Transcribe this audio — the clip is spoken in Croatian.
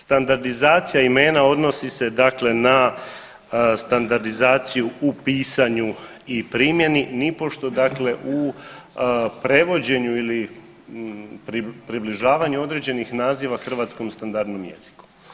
Standardizacija imena odnosi se dakle na standardizaciju u pisanju i primjeni, nipošto dakle u prevođenju ili približavanju određenih naziva hrvatskom standardnom jeziku.